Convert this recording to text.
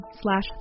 slash